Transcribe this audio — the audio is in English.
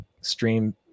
stream